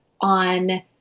on